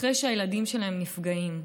אחרי שהילדים שלהם נפגעים,